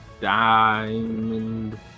Diamond